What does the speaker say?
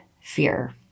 fear